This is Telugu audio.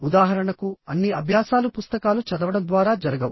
ఉదాహరణకు అన్ని అభ్యాసాలు పుస్తకాలు చదవడం ద్వారా జరగవు